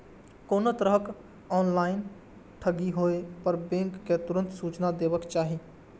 कोनो तरहक ऑनलाइन ठगी होय पर बैंक कें तुरंत सूचना देबाक चाही